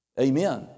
Amen